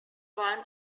won